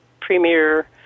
premier